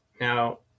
Now